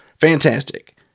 Fantastic